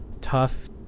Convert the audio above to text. tough –